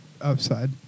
upside